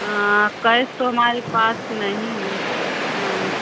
हाँ कइस तो हमारे पास नहीं है हाँ